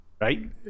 right